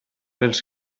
els